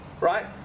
right